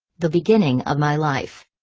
the beginning of my life.